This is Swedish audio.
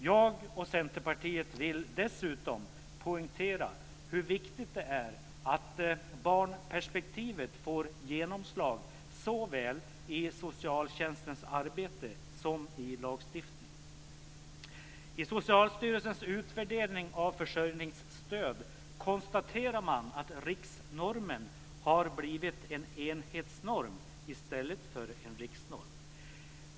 Jag och Centerpartiet vill dessutom poängtera hur viktigt det är att barnperspektivet får genomslag såväl i socialtjänstens arbete som i lagstiftning. I Socialstyrelsens utvärdering av försörjningsstöd konstaterar man att riksnormen har blivit en enhetsnorm i stället för en riksnorm.